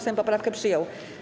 Sejm poprawkę przyjął.